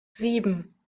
sieben